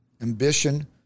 Ambition